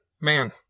man